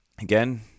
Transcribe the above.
again